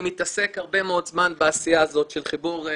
אני מתעסק הרבה מאוד זמן בעשייה הזאת של חיבור מוגבלים,